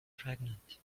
pregnant